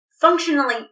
functionally